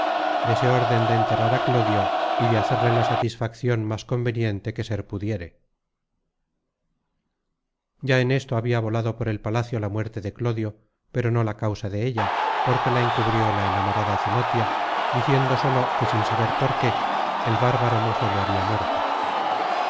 manso dése órden de enterrar á clodio y de hacerle la satisfaccion más conveniente que ser pudiere ya en esto habia volado por el palacio la muerte de clodio pero no la causa de ella porque la encubrió la enamorada cenotia diciendo sólo que sin saber por qué el bárbaro na content from google book search generated at mozo le habia muerto